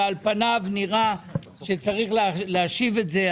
ועל פניו נראה שצריך להשיב את זה.